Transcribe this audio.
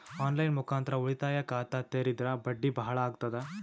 On line ಮುಖಾಂತರ ಉಳಿತಾಯ ಖಾತ ತೇರಿದ್ರ ಬಡ್ಡಿ ಬಹಳ ಅಗತದ?